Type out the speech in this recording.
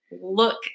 look